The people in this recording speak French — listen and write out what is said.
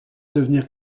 devenir